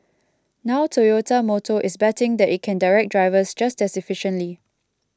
now Toyota Motor is betting that it can direct drivers just as efficiently